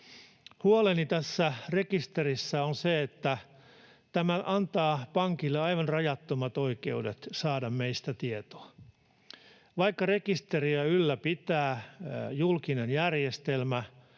Huoleni tässä rekisterissä on se, että tämä antaa pankille aivan rajattomat oikeudet saada meistä tietoa. Vaikka rekisteriä ylläpitää julkinen järjestelmä,